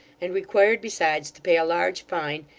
and required besides to pay a large fine,